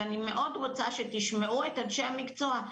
ואני מאוד רוצה שתשמעו את אנשי המקצוע.